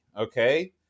okay